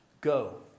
Go